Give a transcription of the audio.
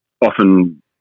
Often